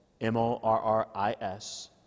M-O-R-R-I-S